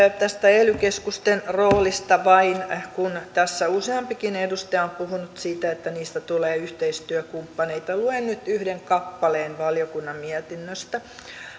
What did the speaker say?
tästä ely keskusten roolista vain kun tässä useampikin edustaja on puhunut siitä että niistä tulee yhteistyökumppaneita luen nyt yhden kappaleen valiokunnan mietinnöstä